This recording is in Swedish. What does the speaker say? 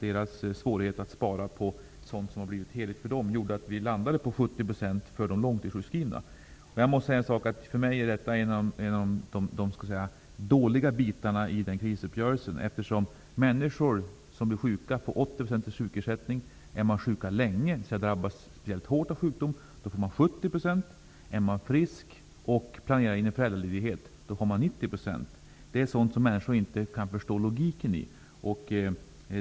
Deras svårigheter att spara in på sådant som har blivit heligt för dem gjorde att vi landade på 70 % för de långtidssjukskrivna. Jag måste säga att jag anser att det här är en av de dåliga bitarna i nämnda krisuppgörelse. Människor som blir sjuka får 80 % i sjukersättning. De som är sjuka länge, dvs. de som drabbas väldigt hårt av sjukdom, får 70 %. Är man frisk och planerar in en föräldraledighet får man 90 % ersättning. Människor förstår inte logiken i detta.